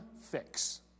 Fix